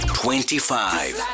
twenty-five